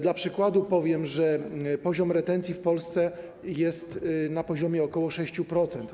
Dla przykładu powiem, że poziom retencji w Polsce jest na poziomie ok. 6%.